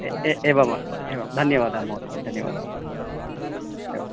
एवमस्तु एवं धन्यवादः महोदय धन्यवादः अस्तु एवम्